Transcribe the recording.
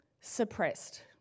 suppressed